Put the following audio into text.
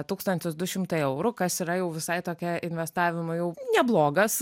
tūkstantis du šimtai eurų kas yra jau visai tokia investavimo jau neblogas